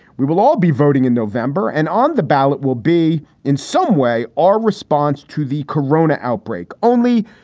we will all be voting in november and on the ballot will be in some way our response to the corona outbreak only.